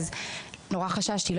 חששתי מאוד.